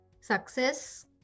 Success